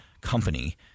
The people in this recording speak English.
company